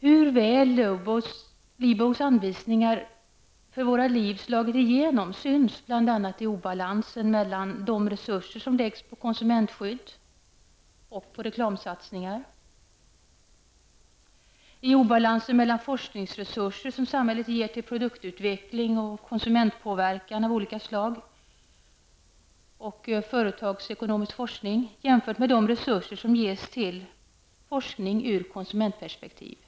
Hur väl Lebows anvisningar för vårt liv har slagit igenom syns bl.a. i obalansen mellan de resurser som läggs på konsumentskydd och de resurser som läggs på reklamsatsningar, i obalansen mellan de forskningsresurser som samhället ger till produktutveckling och konsumentpåverkan av olika slag samt företagsekonomisk forskning och de resurser som ges till forskning ur konsumentpolitiskt perspektiv.